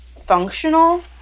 functional